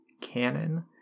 canon